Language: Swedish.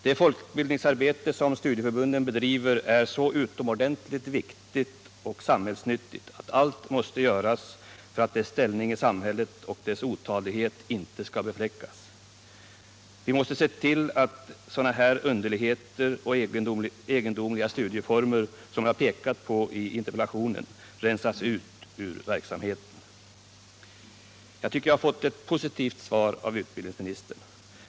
Det folkbildningsarbete som studieförbunden bedriver är så utomordentligt viktigt och samhällsnyttigt, att allt måste göras för att dess ställning i samhället inte skall undergrävas och dess otadlighet inte befläckas. Vi måste se till att sådana här underligheter och egendomliga studieformer som jag pekat på i interpellationen rensas ut ur verksamheten. Jag tycker jag har fått ett positivt svar av utbildningsministern.